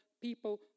people